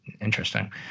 Interesting